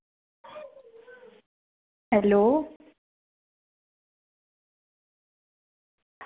hello